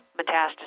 metastasis